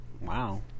Wow